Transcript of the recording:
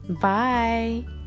Bye